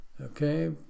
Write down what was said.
Okay